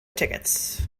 tickets